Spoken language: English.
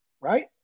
Right